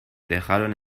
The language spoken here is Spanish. dejaron